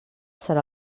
serà